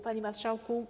Panie Marszałku!